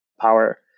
power